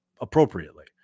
appropriately